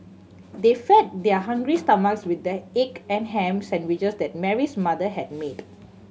they fed their hungry stomachs with the egg and ham sandwiches that Mary's mother had made